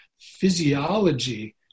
physiology